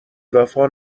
وفا